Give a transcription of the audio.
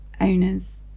owners